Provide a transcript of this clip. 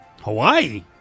Hawaii